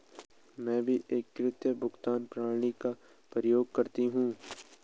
मैं भी एकीकृत भुगतान प्रणाली का प्रयोग करती हूं